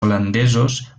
holandesos